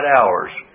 hours